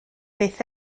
byth